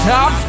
Top